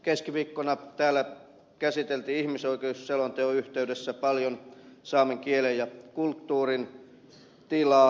keskiviikkona täällä käsiteltiin ihmisoikeusselonteon yhteydessä paljon saamen kielen ja kulttuurin tilaa